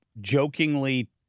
jokingly